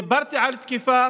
דיברתי על תקיפה